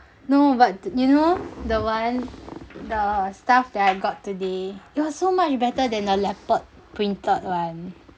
no but you know the one the stuff that I got today it was so much better than the leopard printed one